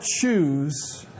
choose